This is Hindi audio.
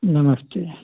नमस्ते